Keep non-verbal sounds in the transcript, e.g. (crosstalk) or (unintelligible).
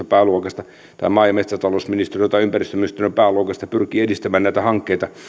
(unintelligible) pääluokasta tai maa ja metsätalousministeriön tai ympäristöministeriön pääluokasta tai jostakin muusta pääluokasta pyrkii edistämään näitä hankkeita